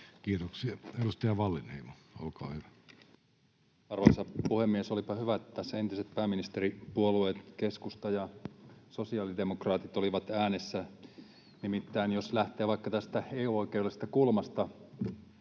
muuttamisesta Time: 17:44 Content: Arvoisa puhemies! Olipa hyvä, että tässä entiset pääministeripuolueet keskusta ja sosiaalidemokraatit olivat äänessä. Nimittäin jos lähtee vaikka tästä EU-oikeudellisesta kulmasta,